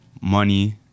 money